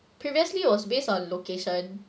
previously was based on location